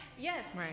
Yes